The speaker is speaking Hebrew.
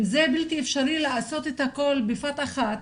אם בלתי אפשרי לעשות את הכול בבת אחת,